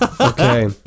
Okay